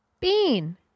bean